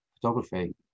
photography